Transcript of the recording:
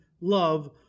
love